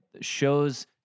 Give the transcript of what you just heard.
shows